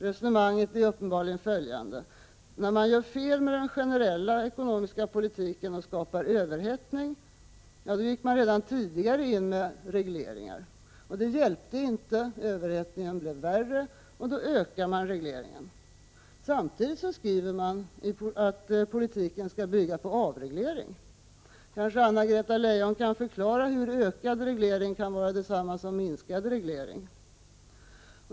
Resonemanget är uppenbarligen följande: När socialdemokraterna gjorde fel med den generella ekonomiska politiken och skapade överhettning, då gick man redan tidigare in med regleringar. Det hjälpte inte — överhettningen blev värre — och då ökar man regleringen. Samtidigt skriver man att politiken skall bygga på avreglering. Kanske Anna-Greta Leijon kan förklara hur ökad reglering kan vara detsamma som minskad reglering.